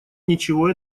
ничего